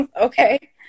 Okay